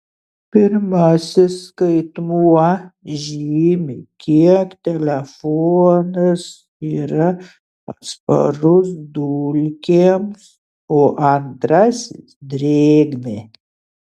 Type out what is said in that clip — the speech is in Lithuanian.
pirmasis skaitmuo žymi kiek telefonas yra atsparus dulkėms o antrasis drėgmei